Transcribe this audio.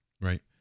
right